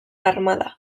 armada